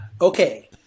Okay